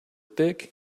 thick